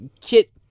Kit